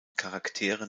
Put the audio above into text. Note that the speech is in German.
charaktere